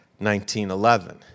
1911